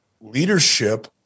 leadership